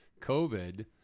COVID